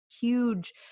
huge